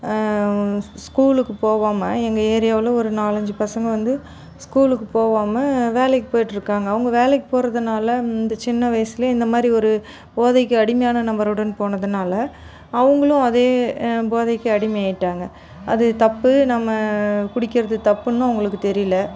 ஸ்கூலுக்கு போகாம எங்கள் ஏரியாவில் ஒரு நாலஞ்சு பசங்க வந்து ஸ்கூலுக்கு போகாம வேலைக்கு போய்ட்டுருக்காங்க அவங்க வேலைக்கு போகறதுனால அந்த சின்ன வயசுல இந்த மாதிரி ஒரு போதைக்கு அடிமையான நபருடன் போனதுனால அவங்களும் அதே போதைக்கு அடிமையாயிட்டாங்க அது தப்பு நம்ம குடிக்கறது தப்புன்னும் அவங்களுக்கு தெரியல